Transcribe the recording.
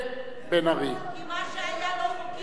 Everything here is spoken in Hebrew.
כי מה שהיה לא חוקי היו צריכים להרוס,